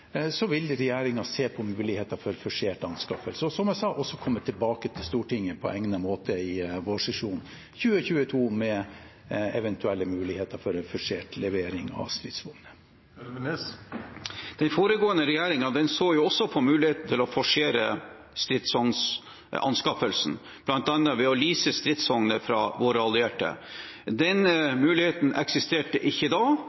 se på muligheten for forsert anskaffelse og, som jeg sa, komme tilbake til Stortinget på egnet måte i vårsesjonen 2022 med eventuelle muligheter for en forsert levering av stridsvogner. Den foregående regjeringen så også på muligheten for å forsere anskaffelsen av stridsvogner, bl.a. ved å lease stridsvogner fra våre allierte. Den muligheten eksisterte ikke da.